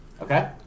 Okay